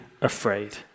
afraid